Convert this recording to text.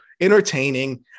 entertaining